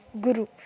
guru